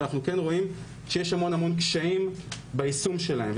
אבל אנחנו כן רואים שיש המון קשיים ביישום שלהן,